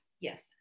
yes